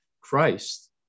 Christ